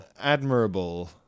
admirable